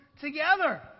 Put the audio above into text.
together